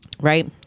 right